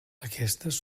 aquestes